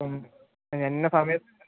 അപ്പം ഇന്ന സമയം